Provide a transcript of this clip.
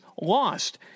lost